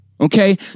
Okay